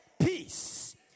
Peace